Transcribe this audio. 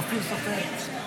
אופיר סופר.